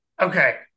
Okay